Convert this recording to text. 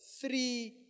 Three